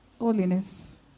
Holiness